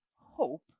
hope